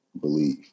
believe